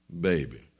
baby